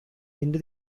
into